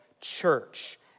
church